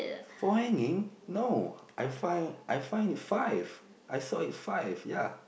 four hanging no I find I find it five I saw it five ya